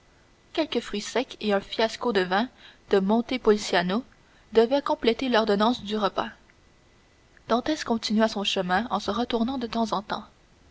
quelques fruits secs et un fiasco de vin de monte pulciano devaient compléter l'ordonnance du repas dantès continua son chemin en se retournant de temps en temps